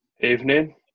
Evening